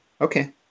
Okay